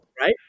Right